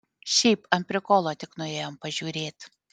šiaip ant prikolo tik nuėjom pažiūrėt